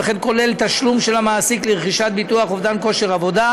וכן כולל תשלום של המעסיק לרכישת ביטוח אובדן כושר עבודה,